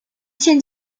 现今